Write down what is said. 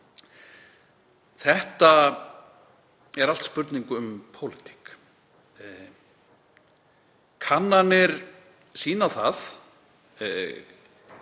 Þetta er allt spurning um pólitík. Kannanir, sem mig